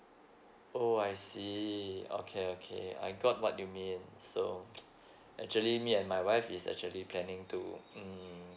oh I see okay okay I got what you mean so actually me and my wife is actually planning to mm